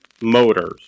motors